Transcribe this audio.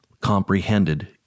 comprehended